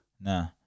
Nah